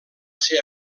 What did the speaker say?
ser